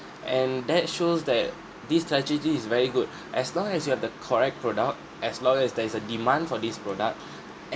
and that shows that this strategy is very good as long as you have the correct product as long as there is a demand for this product